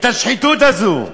את השחיתות הזאת.